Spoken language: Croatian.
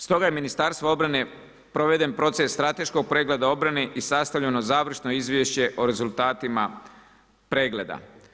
Stoga je Ministarstvo obrane proveden proces strateškog pregleda obrane i sastavljeno završno izvješće o rezultatima pregleda.